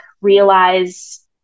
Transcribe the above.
realize